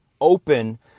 open